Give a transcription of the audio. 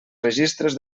registres